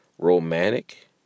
Romantic